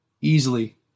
Easily